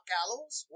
Gallows